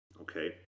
okay